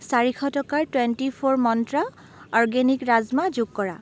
চাৰিশ টকাৰ twenty four Mantra organic rajma যোগ কৰা